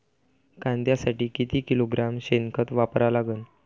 कांद्यासाठी किती किलोग्रॅम शेनखत वापरा लागन?